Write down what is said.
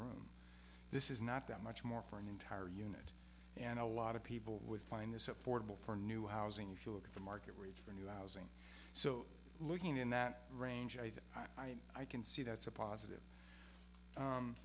room this is not that much more for an entire unit and a lot of people would find this affordable for new housing if you look at the market rate for new housing so looking in that range i think i i can see that's a positive